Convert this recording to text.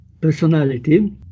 personality